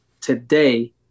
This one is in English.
today